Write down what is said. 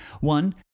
One